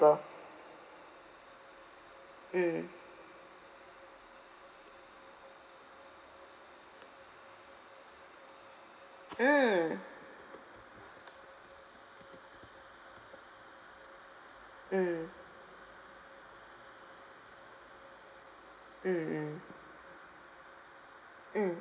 mm mm mm mm mm mm okay